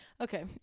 Okay